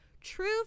true